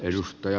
kiitos